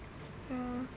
ya